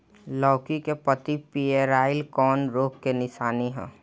लौकी के पत्ति पियराईल कौन रोग के निशानि ह?